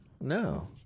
No